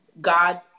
God